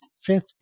fifth